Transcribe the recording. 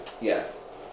Yes